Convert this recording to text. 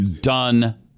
done